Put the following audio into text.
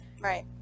Right